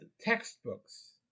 textbooks